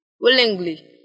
Willingly